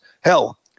Hell